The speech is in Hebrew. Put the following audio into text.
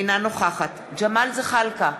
אינה נוכחת ג'מאל זחאלקה,